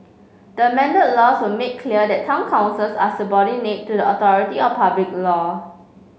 the amended laws will make clear that town councils are subordinate to the authority of public law